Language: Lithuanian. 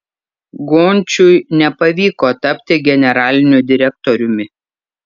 gončiui nepavyko tapti generaliniu direktoriumi